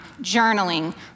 journaling